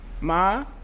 Ma